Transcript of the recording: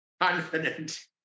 confident